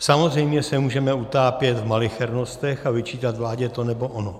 Samozřejmě se můžeme utápět v malichernostech a vyčítat vládě to nebo ono.